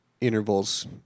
intervals